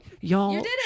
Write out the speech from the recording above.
Y'all